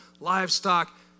livestock